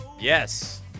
Yes